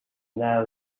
now